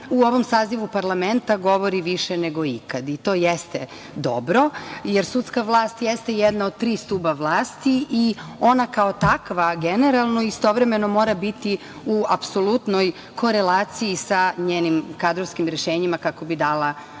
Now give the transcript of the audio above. u ovom sazivu parlamenta govori više nego ikad. To jeste dobro, jer sudska vlast jeste jedna od tri stuba vlati i ona kao takva, generalno i istovremeno mora biti u apsolutnoj korelaciji sa njenim kadrovskim rešenjima kako bi dala